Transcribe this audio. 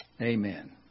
Amen